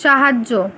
সাহায্য